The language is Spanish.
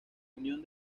unión